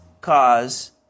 cause